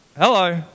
Hello